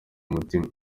umutima